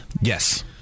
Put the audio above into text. Yes